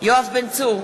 יואב בן צור,